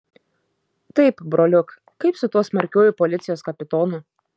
taip broliuk kaip su tuo smarkiuoju policijos kapitonu